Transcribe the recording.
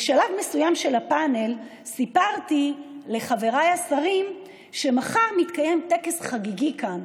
בשלב מסוים בפאנל סיפרתי לחבריי השרים שמחר מתקיים טקס חגיגי כאן,